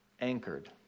anchored